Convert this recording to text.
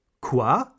quoi